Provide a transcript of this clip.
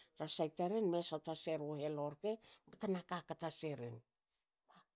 Tra sait taren me sota seru helo rke btena kakata seren